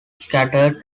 scattered